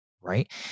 Right